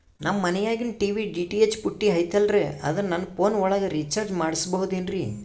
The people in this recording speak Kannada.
ನಮ್ಮ ಮನಿಯಾಗಿನ ಟಿ.ವಿ ಡಿ.ಟಿ.ಹೆಚ್ ಪುಟ್ಟಿ ಐತಲ್ರೇ ಅದನ್ನ ನನ್ನ ಪೋನ್ ಒಳಗ ರೇಚಾರ್ಜ ಮಾಡಸಿಬಹುದೇನ್ರಿ?